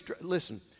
listen